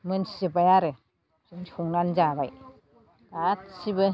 मोनथिजोबबाय आरो जों संनानै जाबाय गासिबो